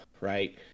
right